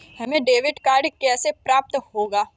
हमें debit card कैसे प्राप्त होगा?